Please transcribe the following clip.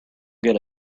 get